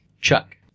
Chuck